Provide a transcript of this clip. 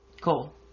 Cool